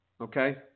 Okay